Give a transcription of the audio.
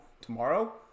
tomorrow